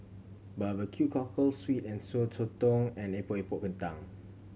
Barbecue cockle sweet and Sour Sotong and Epok Epok Kentang